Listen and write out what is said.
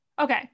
okay